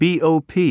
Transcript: BOP